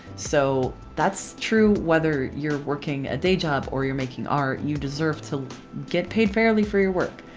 so that's true whether you're working a day job or you're making art you deserve to get paid fairly for your work.